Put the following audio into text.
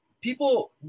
people